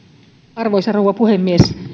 arvoisa rouva puhemies